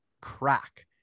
crack